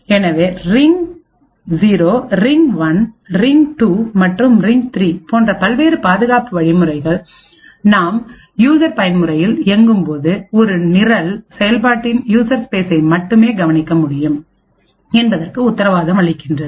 எனவே ring 0 ring 1 ring 2 மற்றும் ring 3 போன்ற பல்வேறு பாதுகாப்பு வழிமுறைகள் நாம் யூசர் பயன்முறையில் இயங்கும்போதுஒரு நிரல் முடியும் செயல்பாட்டின் யூசர் ஸ்பேஸ்சை மட்டுமே கவனிக்க முடியும் என்பதற்கு உத்தரவாதம் அளிக்கிறது